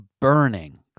burning